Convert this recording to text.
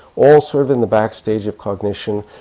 all sort of in the backstage of cognition,